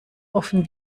offen